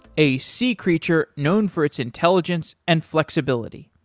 a sea creature known for its intelligence and flexibility.